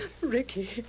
Ricky